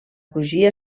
crugia